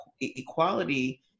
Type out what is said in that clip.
equality